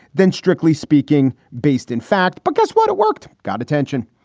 than strictly speaking, based, in fact. but guess what? it worked. got attention.